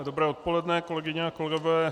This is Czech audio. Dobré odpoledne, kolegyně a kolegové.